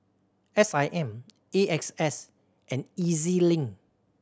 S I M A X S and E Z Link